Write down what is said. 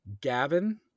Gavin